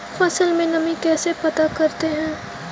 फसल में नमी कैसे पता करते हैं?